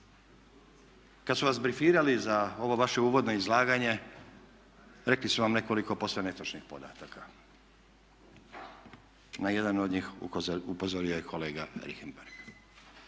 Kad su vas brifirali za ovo vaše uvodno izlaganje rekli su vam nekoliko posve netočnih podataka. Na jedan od njih upozorio je kolega Richembergh.